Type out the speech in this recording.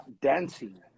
dancing